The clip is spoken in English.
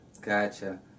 gotcha